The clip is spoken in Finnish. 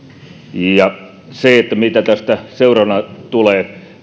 ja mitä tästä seuraavana tulee